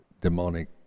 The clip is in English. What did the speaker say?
demonic